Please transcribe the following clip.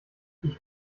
ich